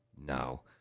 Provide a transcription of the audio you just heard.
now